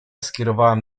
skierowałem